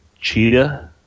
cheetah